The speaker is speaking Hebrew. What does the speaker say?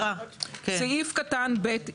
סעיף קטן (ב)